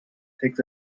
takes